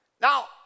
Now